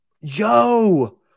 Yo